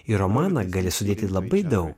į romaną gali sudėti labai daug